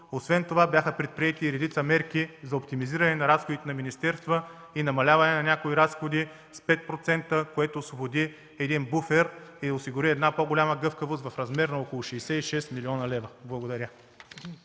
Освен това бяха предприети редица мерки за оптимизиране на разходите на министерства и намаляване на някои разходи с 5%, което освободи един буфер и осигури по-голяма гъвкавост в размер на около 66 млн. лв. Благодаря.